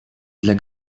для